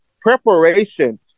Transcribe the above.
preparation